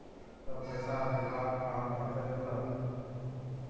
Sir, पैसा भेजबाक form कत्ते मिलत?